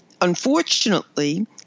unfortunately